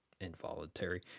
involuntary